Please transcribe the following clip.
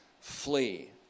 flee